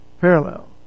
Parallel